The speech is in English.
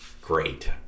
great